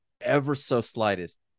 ever-so-slightest